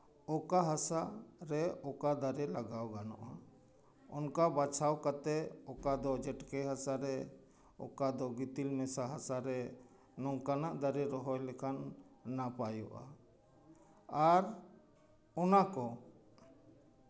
ᱚᱠᱟ ᱦᱟᱥᱟᱨᱮ ᱚᱠᱟ ᱫᱟᱨᱮ ᱞᱟᱜᱟᱣ ᱜᱟᱱᱚᱜᱼᱟ ᱚᱱᱠᱟ ᱵᱟᱪᱷᱟᱣ ᱠᱟᱛᱮᱜ ᱚᱠᱟ ᱫᱚ ᱡᱮᱴᱠᱮ ᱦᱟᱥᱟᱨᱮ ᱚᱠᱟ ᱫᱚ ᱜᱤᱛᱤᱞ ᱢᱮᱥᱟ ᱦᱟᱥᱟᱨᱮ ᱱᱚᱝᱠᱟᱱᱟᱜ ᱫᱟᱨᱮ ᱨᱚᱦᱚᱭ ᱞᱮᱠᱷᱟᱱ ᱱᱟᱯᱟᱭᱚᱜᱼᱟ ᱟᱨ ᱚᱱᱟ ᱠᱚ